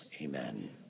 Amen